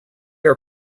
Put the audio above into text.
are